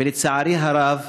ולצערי הרב,